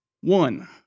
One